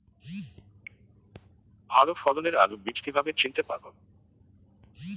ভালো ফলনের আলু বীজ কীভাবে চিনতে পারবো?